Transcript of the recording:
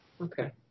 Okay